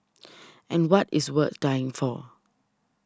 and what is worth dying for